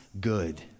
good